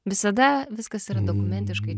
visada viskas yra dokumentiškai